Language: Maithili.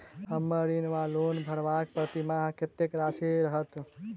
हम्मर ऋण वा लोन भरबाक प्रतिमास कत्तेक राशि रहत?